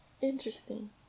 interesting